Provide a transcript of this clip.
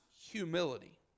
humility